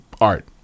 art